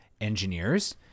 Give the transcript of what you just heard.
engineers